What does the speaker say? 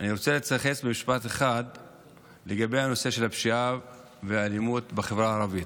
אני רוצה להתייחס במשפט אחד לנושא של הפשיעה והאלימות בחברה הערבית.